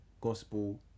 gospel